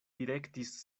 direktis